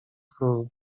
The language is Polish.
król